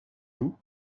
vous